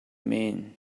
mean